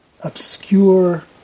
obscure